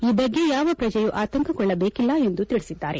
ಈ ಬಗ್ಗೆ ಯಾವ ಪ್ರಜೆಯೂ ಆತಂಕಗೊಳ್ಳಬೇಕಿಲ್ಲ ಎಂದು ತಿಳಿಸಿದ್ದಾರೆ